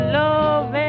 love